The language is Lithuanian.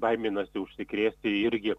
baiminasi užsikrėsti irgi